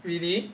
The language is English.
really